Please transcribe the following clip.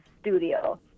studio